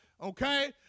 okay